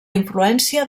influència